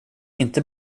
inte